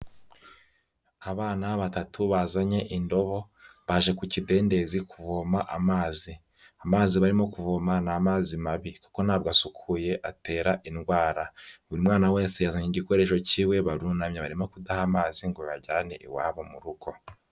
Abana batatu bazanye indobo, baje ku kidendezi kuvoma amazi. Amazi barimo kuvoma ni amazi mabi, kuko ntabwo asukuye, atera indwara. Buri mwana wese yazanye igikoresho cy'iwe, barunamye barimo kudaha amazi, ngo bayajyane iwabo mu rugo.